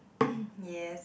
yes